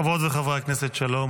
חברות וחברי הכנסת, שלום.